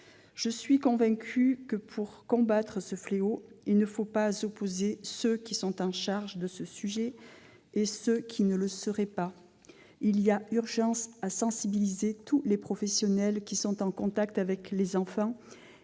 Je suis convaincue que, pour combattre ce fléau, il ne faut pas opposer ceux qui sont chargés du sujet et ceux qui ne le seraient pas. Il y a urgence à sensibiliser tous les professionnels qui sont en contact avec les enfants,